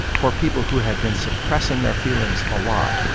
for people who had been suppressing their feelings a lot.